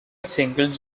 singles